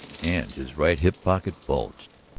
and his right hip pocket bulged.